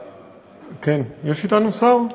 כן, יש אתנו שר?